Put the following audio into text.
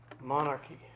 monarchy